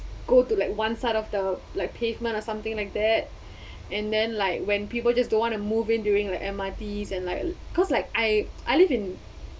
go to like one side of the like pavement or something like that and then like when people just don't want to move in during the M_R_T and like cause like I I live in